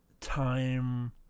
time